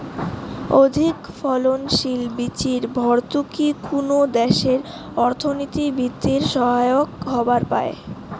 অধিকফলনশীল বীচির ভর্তুকি কুনো দ্যাশের অর্থনীতি বিদ্ধির সহায়ক হবার পায়